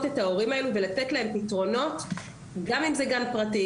את ההורים האלה ולתת להם פתרונות גם אם זה גן פרטי,